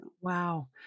Wow